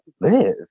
live